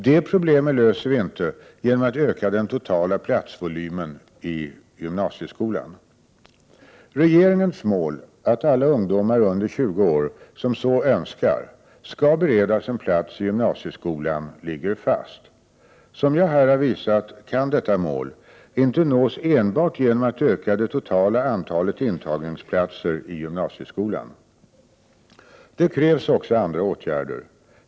Det problemet löser vi inte genom att öka de totala platsvolymen i gymnasieskolan. Regeringens mål att alla ungdomar under 20 år som så önskar skall beredas en plats i gymnasieskolan ligger fast. Som jag här har visat kan detta mål inte nås enbart genom att öka det totala antalet intagningsplatser i gymnasieskolan. Det krävs också andra åtgärder.